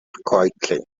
quietly